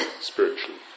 spiritually